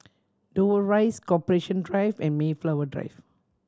Dover Rise Corporation Drive and Mayflower Drive